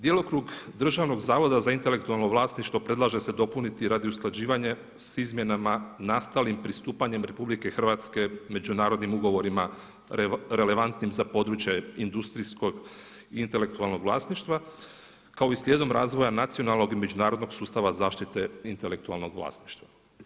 Djelokrug Državnog zavoda za intelektualno vlasništvo predlaže se dopuniti radi usklađivanja sa izmjenama nastalim pristupanjem RH međunarodnim ugovorima relevantnim za područje industrijskog i intelektualnog vlasništva kao i slijedom razvoja nacionalnog i međunarodnog sustava zaštite intelektualnog vlasništva.